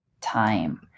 time